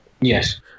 Yes